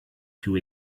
too